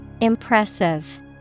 Impressive